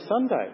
Sunday